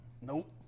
Nope